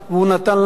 והוא נתן לנו,